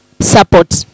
support